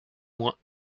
moins